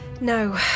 No